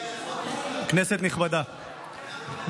כנסת נכבדה,